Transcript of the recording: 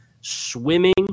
swimming